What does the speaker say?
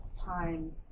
times